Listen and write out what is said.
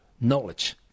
knowledge